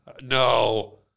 No